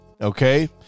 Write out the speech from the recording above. okay